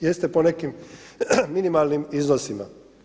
Jeste po nekim minimalnim iznosima.